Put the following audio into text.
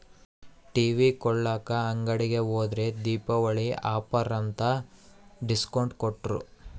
TV ಕೊಳ್ಳಾಕ ಅಂಗಡಿಗೆ ಹೋದ್ರ ದೀಪಾವಳಿ ಆಫರ್ ಅಂತ ಡಿಸ್ಕೌಂಟ್ ಕೊಟ್ರು